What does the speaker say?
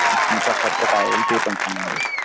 आणि तुमचा खर्च काय येईल ते पण सांगून देऊ